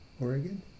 Oregon